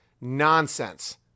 nonsense